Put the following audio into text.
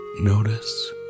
Notice